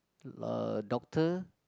uh doctor